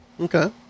Okay